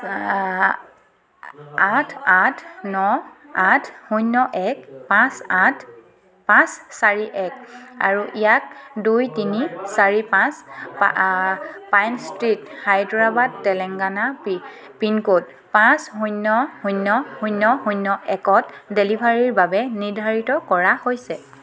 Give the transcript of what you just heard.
আঠ আঠ ন আঠ শূন্য এক পাঁচ আঠ পাঁচ চাৰি এক আৰু ইয়াক দুই তিনি চাৰি পাঁচ পা পাইন ষ্ট্ৰীট হায়দৰাবাদ তেলেংগানা পি পিনক'ড পাঁচ শূন্য শূন্য শূন্য শূন্য একত ডেলিভাৰীৰ বাবে নিৰ্ধাৰিত কৰা হৈছে